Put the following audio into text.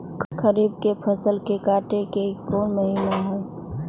खरीफ के फसल के कटे के कोंन महिना हई?